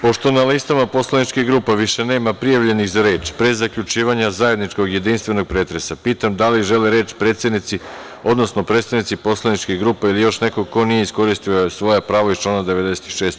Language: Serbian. Pošto na listama poslaničkih grupa više nema prijavljenih za reč, pre zaključivanja zajedničkog jedinstvenog pretresa pitam da li žele reč predsednici, odnosno predstavnici poslaničkih grupa ili još neko ko nije iskoristio svoje pravo iz člana 96.